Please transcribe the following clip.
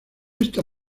esta